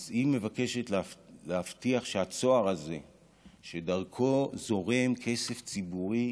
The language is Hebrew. אז היא מבקשת להבטיח שהצוהר הזה שדרכו זורם כסף ציבורי